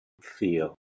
feel